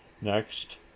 Next